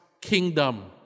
kingdom